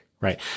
right